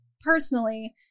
personally